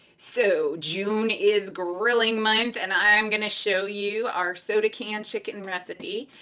so june is grilling month and i'm gonna show you our soda can chicken recipe.